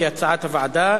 כהצעת הוועדה.